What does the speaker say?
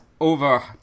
over